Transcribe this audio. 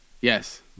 Yes